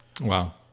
Wow